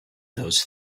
those